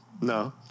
No